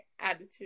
attitude